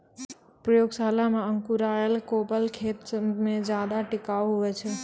प्रयोगशाला मे अंकुराएल कोपल खेत मे ज्यादा टिकाऊ हुवै छै